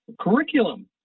curriculum